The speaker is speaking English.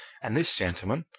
and this gentleman?